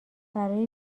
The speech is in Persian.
برای